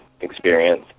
experience